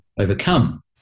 overcome